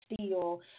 steel